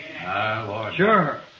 Sure